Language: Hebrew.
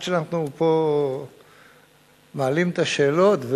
עד שאנחנו מעלים פה את השאלות,